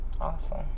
awesome